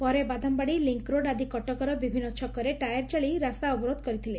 ପରେ ବାଦାମବାଡ଼ି ଲିଙ୍କ୍ରୋଡ୍ ଆଦି କଟକର ବିଭିନ୍ ଛକରେ ଟାୟାର ଜାଳି ରାସ୍ତା ଅବରୋଧ କରିଥିଲେ